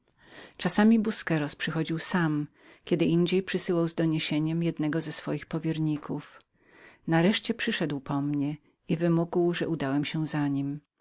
czasami busqueros przychodził sam zwykle jednak przysyłał z uwiadomieniem jednego z swoich powierników nareszcie przyszedł po mnie i wymógł że udałem się za